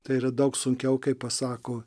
tai yra daug sunkiau kai pasako